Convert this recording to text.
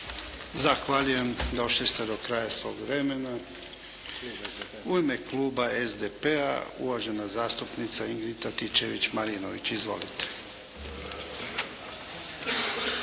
Zahvaljujem. Došli ste do kraja svog vremena. U ime kluba SDP-a uvažena zastupnica Ingrid Antičević-Marinović. Izvolite.